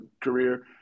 career